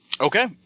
Okay